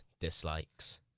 dislikes